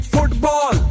Football